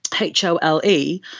H-O-L-E